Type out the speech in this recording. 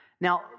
Now